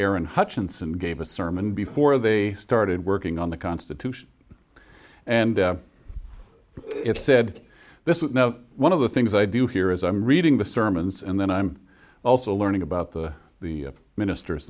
aaron hutchinson gave a sermon before they started working on the constitution and it said this is now one of the things i do here is i'm reading the sermons and then i'm also learning about the the minister